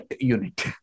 unit